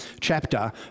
chapter